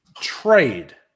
trade